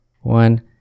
One